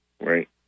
Right